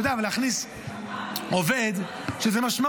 אבל אתה יודע, אבל להכניס עובד, יש לזה משמעות.